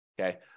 okay